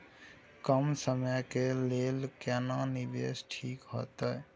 कम समय के लेल केना निवेश ठीक होते?